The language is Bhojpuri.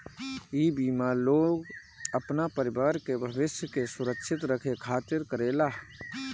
इ बीमा लोग अपना परिवार के भविष्य के सुरक्षित करे खातिर करेला